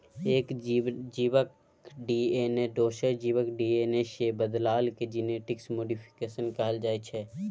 एक जीबक डी.एन.ए दोसर जीबक डी.एन.ए सँ बदलला केँ जेनेटिक मोडीफिकेशन कहल जाइ छै